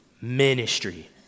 ministry